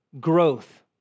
growth